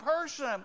person